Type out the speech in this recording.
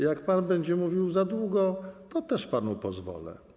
Jak pan będzie mówił za długo, to też panu pozwolę.